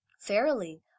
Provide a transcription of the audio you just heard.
Fairly